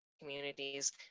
communities